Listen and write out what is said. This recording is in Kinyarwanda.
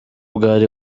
bwari